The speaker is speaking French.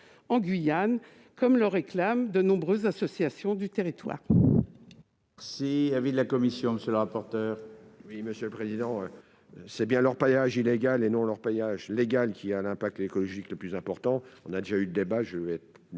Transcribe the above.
en Guyane, comme le réclament de nombreuses associations du territoire.